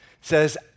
says